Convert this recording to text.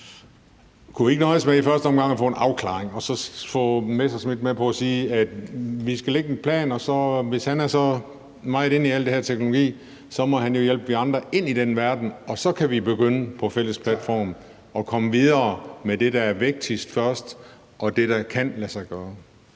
Kunne vi ikke i første omgang nøjes med at få en afklaring og så få Messerschmidt med på at sige, at vi skal lægge en plan? Og hvis han er så meget inde i hele den her teknologi, må han jo hjælpe os andre ind i den verden, og så kan vi fra en fælles platform som det første gå i gang med det, der er vigtigst, og det, der kan lade sig gøre.